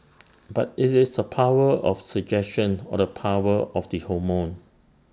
but IT is the power of suggestion or the power of the hormone